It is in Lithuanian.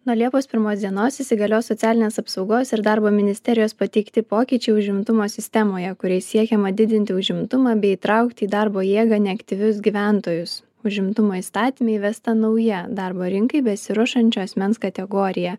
nuo liepos pirmos dienos įsigalios socialinės apsaugos ir darbo ministerijos pateikti pokyčiai užimtumo sistemoje kuriais siekiama didinti užimtumą bei įtraukti į darbo jėgą neaktyvius gyventojus užimtumo įstatyme įvesta nauja darbo rinkai besiruošiančių asmens kategorija